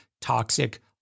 toxic